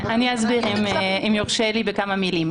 אני אסביר, אם יורשה לי, בכמה מילים.